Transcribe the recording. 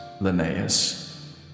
Linnaeus